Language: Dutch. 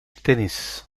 tennis